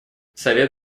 совет